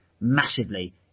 massively